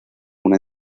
una